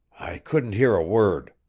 i couldn't hear a word.